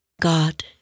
God